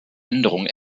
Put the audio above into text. änderung